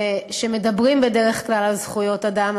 שמדברים בדרך כלל על זכויות אדם,